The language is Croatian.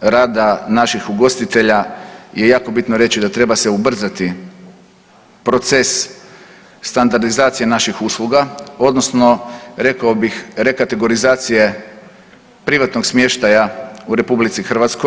rada naših ugostitelja je jako bitno reći da treba se ubrzati proces standardizacije naših usluga odnosno rekao bih rekategorizacije privatnog smještaja u RH.